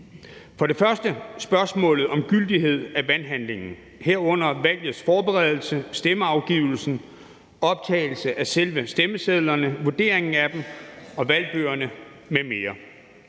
For det første er der spørgsmålet om gyldigheden af valghandlingen, herunder valgets forberedelse, stemmeafgivelsen, optællingen af selve stemmesedlerne, vurderingen af dem og valgbøgerne m.m.